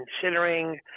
considering